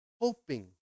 hoping